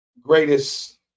greatest